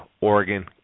Oregon